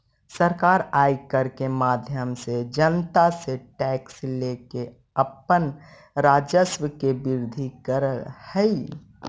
सरकार आयकर के माध्यम से जनता से टैक्स लेके अपन राजस्व के वृद्धि करऽ हई